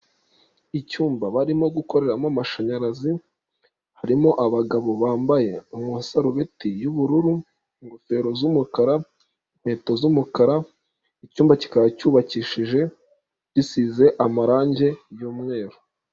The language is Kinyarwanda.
Icyumba barimo gukoreramo amashanyarazi, harimo abagabo bambaye amasarubeti y'ubururu, ingofero z'umukara, inkweto z'umukara, icyumba kikaba cyubakishije, gisize amarangi y'umweru.